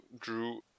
Drew